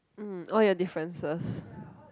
mm all your differences